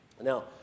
Now